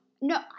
no